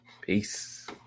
Peace